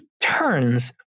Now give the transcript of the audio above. turns